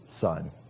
son